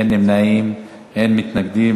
אין נמנעים, אין מתנגדים.